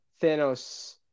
Thanos